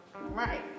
Right